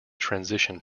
transition